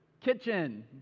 kitchen